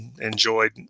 enjoyed